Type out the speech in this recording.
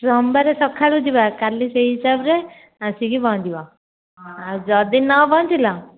ସୋମବାର ସକାଳୁ ଯିବା କାଲି ସେହି ହିସାବରେ ଆସିକି ପହଞ୍ଚିବ ଆଉ ଯଦି ନ ପହଞ୍ଚିଲ